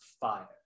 fire